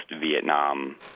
Vietnam